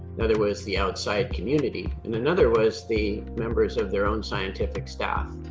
the other was the outside community and another was the members of their own scientific staff.